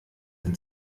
ein